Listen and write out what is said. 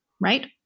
Right